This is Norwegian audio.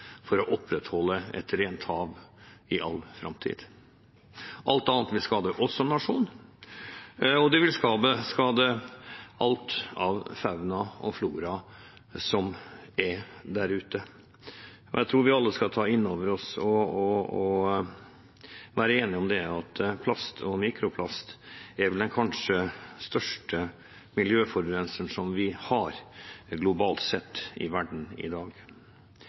for å opprettholde et rent hav i all framtid. Alt annet vil skade oss som nasjon, og det vil skade alt av fauna og flora som er der ute. Jeg tror vi alle skal ta inn over oss og være enige om at plast og mikroplast er kanskje den største miljøforurenseren som vi har, globalt sett, i verden i dag.